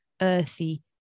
earthy